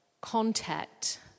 contact